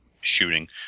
shooting